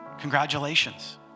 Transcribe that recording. congratulations